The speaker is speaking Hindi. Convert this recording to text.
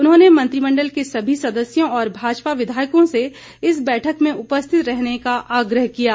उन्होंने मंत्रिमण्डल के सभी सदस्यों और भाजपा विधायकों से इस बैठक में उपस्थित रहने का आग्रह किया है